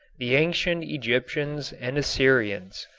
the ancient egyptians and assyrians.